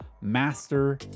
master